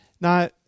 Now